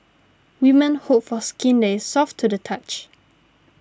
women hope for skin that is soft to the touch